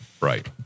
Right